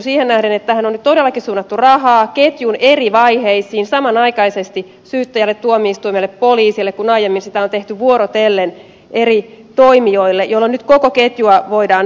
siihen nähden että tähän on nyt todellakin suunnattu rahaa ketjun eri vaiheisiin samanaikaisesti syyttäjälle tuomioistuimelle poliisille kun aiemmin sitä on tehty vuorotellen eri toimijoille jolloin nyt voidaan koko ketjua vahvistaa